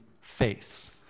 faiths